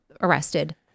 arrested